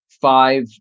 five